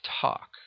talk